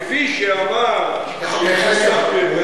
כפי שאמר פנחס ספיר,